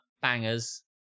bangers